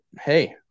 hey